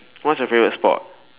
what's your favorite sport